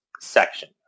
section